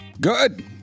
Good